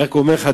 אני רק אומר לך,